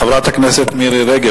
חברת הכנסת מירי רגב,